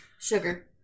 Sugar